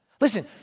Listen